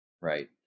right